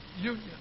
union